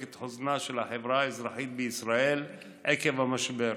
את חוסנה של החברה האזרחית בישראל עקב המשבר